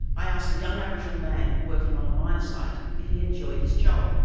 i asked a young aboriginal man working on a mine site if he enjoyed his job.